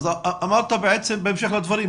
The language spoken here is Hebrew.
אמרת בעצם בהמשך הדברים,